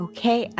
Okay